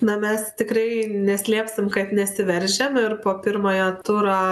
na mes tikrai neslėpsim kad nesiveržiam ir po pirmojo turo